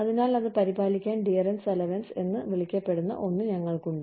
അതിനാൽ അത് പരിപാലിക്കാൻ ഡിയർനസ് അലവൻസ് എന്ന് വിളിക്കപ്പെടുന്ന ഒന്ന് ഞങ്ങൾക്കുണ്ട്